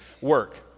Work